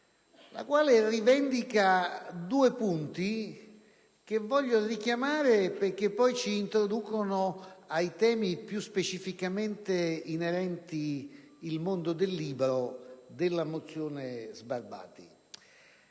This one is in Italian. la quale rivendica due punti che vorrei richiamare, perché ci introducono ai temi più specificamente inerenti il mondo del libro, richiamati